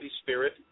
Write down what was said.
Spirit